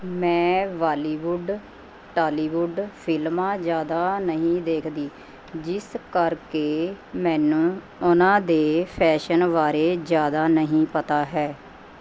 ਮੈਂ Bollywood Tollywood ਫਿਲਮਾਂ ਜ਼ਿਆਦਾ ਨਹੀਂ ਦੇਖਦੀ ਜਿਸ ਕਰਕੇ ਮੈਨੂੰ ਉਹਨਾਂ ਦੇ ਫੈਸ਼ਨ ਬਾਰੇ ਜ਼ਿਆਦਾ ਨਹੀਂ ਪਤਾ ਹੈ